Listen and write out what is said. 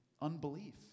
unbelief